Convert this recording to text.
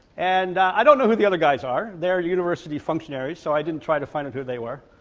and i don't know who the other guys are, they're university functionaries so i didn't try to find out who they were.